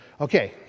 Okay